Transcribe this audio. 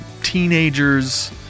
teenagers